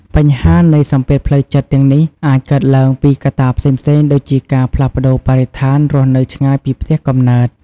បញ្ហានៃសម្ពាធផ្លូវចិត្តទាំងនេះអាចកើតឡើងពីកត្តាផ្សេងៗដូចជាការផ្លាស់ប្តូរបរិស្ថានរស់នៅឆ្ងាយពីផ្ទះកំណើត។